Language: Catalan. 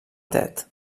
tet